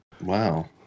wow